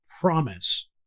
promise